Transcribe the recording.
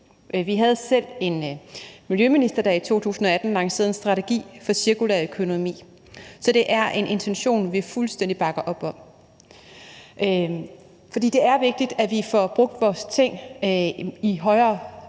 Vi havde selv en miljøminister, der i 2018 lancerede en strategi for cirkulær økonomi. Så det er en intention, vi fuldstændig bakker op om, fordi det er vigtigt, at vi får brugt vores ting i større